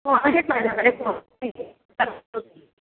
हो